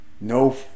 No